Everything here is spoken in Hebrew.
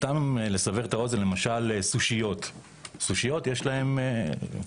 לסבר את האוזן, למשל, לסושיות יש קושי.